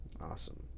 Awesome